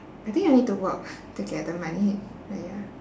I think I need to work to get the money but ya